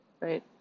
right